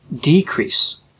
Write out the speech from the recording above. decrease